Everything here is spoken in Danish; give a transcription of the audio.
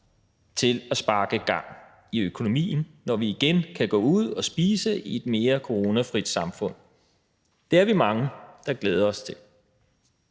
til at sparke gang i økonomien, når vi igen kan gå ud og spise i et coronafrit samfund. Det er vi mange, der glæder os til.